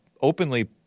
openly